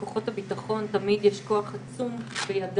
לכוחות הביטחון תמיד יש כוח עצום בידיו.